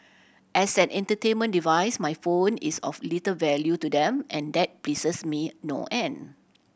as an entertainment device my phone is of little value to them and that pleases me no end